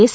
S